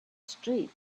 street